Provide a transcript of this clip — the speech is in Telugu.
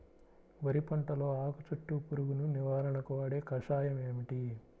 వరి పంటలో ఆకు చుట్టూ పురుగును నివారణకు వాడే కషాయం ఏమిటి?